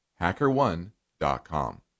HackerOne.com